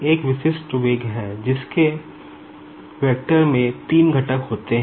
एक विशिष्ट वेग है जिसके वेक्टर में 3 घटक होते हैं